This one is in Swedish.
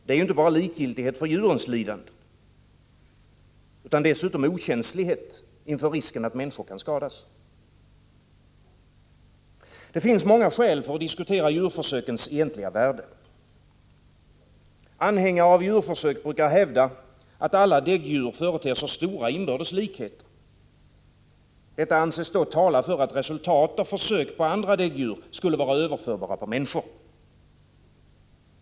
Det är ju inte bara likgiltighet för djurens lidanden utan dessutom okänslighet för risken att människor kan skadas. Det finns många skäl för att diskutera djurförsökens egentliga värde. Anhängare av djurförsök brukar hävda att alla däggdjur företer så stora inbördes likheter. Detta anses då tala för att resultat av försök på andra däggdjur skulle vara överförbara på människor.